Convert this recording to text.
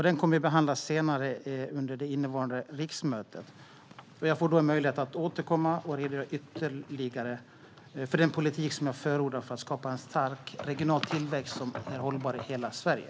Den kommer att behandlas senare under det innevarande riksmötet, och jag får då möjlighet att återkomma och redogöra ytterligare för den politik jag förordar för att skapa en stark regional tillväxt som är hållbar i hela Sverige.